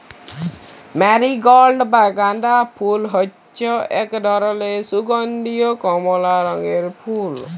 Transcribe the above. marigold বা গাঁদা ফুল হচ্যে এক ধরলের সুগন্ধীয় কমলা রঙের ফুল